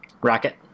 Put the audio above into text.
Rocket